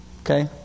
okay